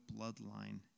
bloodline